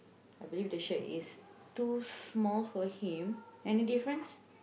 I believe the shirt is too small for him any difference